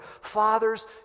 Fathers